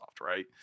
right